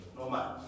normal